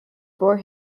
bore